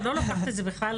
לא לוקחת את זה בכלל,